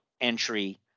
entry